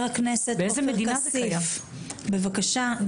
חבר הכנסת עופר כסיף, בבקשה.